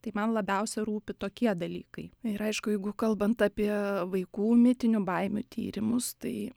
tai man labiausia rūpi tokie dalykai ir aišku jeigu kalbant apie vaikų mitinių baimių tyrimus tai